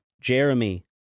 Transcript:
Jeremy